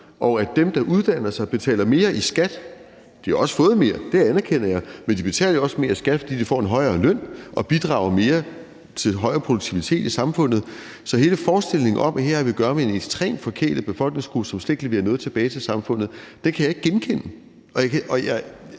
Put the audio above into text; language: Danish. og at dem, der uddanner sig, betaler mere i skat. De har også fået mere – det anerkender jeg – men de betaler jo også mere i skat, fordi de får en højere løn, og bidrager mere til en højere produktivitet i samfundet. Så hele forestillingen om, at vi her har at gøre med en ekstremt forkælet befolkningsgruppe, som slet ikke leverer noget tilbage til samfundet, kan jeg ikke genkende. Og der